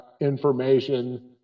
information